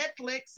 Netflix